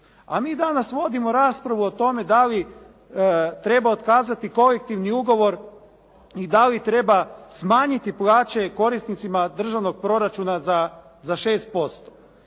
A mi danas vodimo raspravu o tome da li treba otkazati kolektivni ugovor i da li treba smanjiti plaće korisnicima državnog proračuna za 6%.